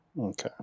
Okay